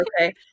Okay